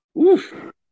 Oof